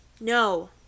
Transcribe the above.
No